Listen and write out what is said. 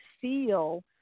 feel